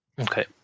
Okay